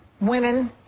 women